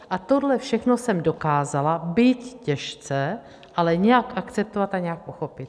A tohle všechno jsem dokázala, byť těžce, ale nějak akceptovat a nějak pochopit.